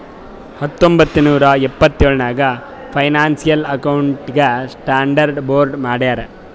ಹತ್ತೊಂಬತ್ತ್ ನೂರಾ ಎಪ್ಪತ್ತೆಳ್ ನಾಗ್ ಫೈನಾನ್ಸಿಯಲ್ ಅಕೌಂಟಿಂಗ್ ಸ್ಟಾಂಡರ್ಡ್ ಬೋರ್ಡ್ ಮಾಡ್ಯಾರ್